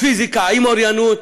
פיזיקה עם אוריינות,